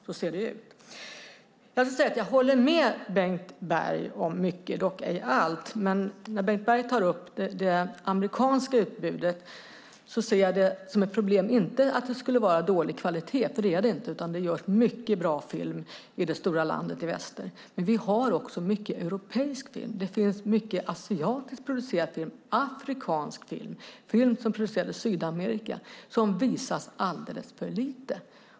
Så ser det ut. Jag håller med Bengt Berg om mycket, dock ej allt. Bengt Berg tar upp det amerikanska utbudet. Det är inte ett problem att det skulle vara av dålig kvalitet. Det är det inte, utan det görs mycket bra film i det stora landet i väster. Men vi har också mycket europeisk film, det finns mycket asiatiskt producerad film och afrikansk film, film som produceras i Sydamerika som visas alldeles för lite.